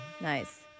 Nice